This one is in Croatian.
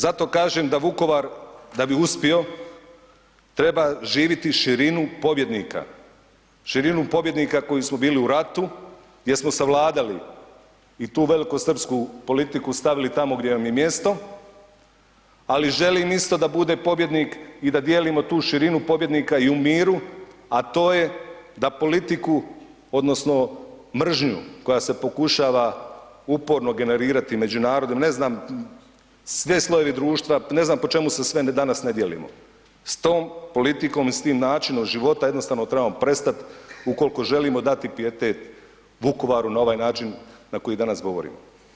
Zato kažem da Vukovar da bi uspio, treba živiti širinu pobjednika, širinu pobjednika koji su bili u ratu gdje smo savladali i tu velikosrpsku politiku, stavili je tamo gdje joj je mjesto ali želim isto da bude pobjednik i da dijelimo tu širinu pobjednika i u miru a to je da politiku odnosno mržnju koja se pokušava uporno generirati među narodom, ne znam, svi slojevi društva, ne znam po čemu se sve danas ne dijelimo, s tom politikom i s tim načinom života jednostavno trebamo prestat ukoliko želimo dati pijetet Vukovar na ovaj način na koji danas govorimo.